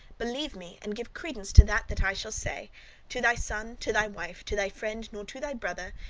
believe me, and give credence to that that i shall say to thy son, to thy wife, to thy friend, nor to thy brother,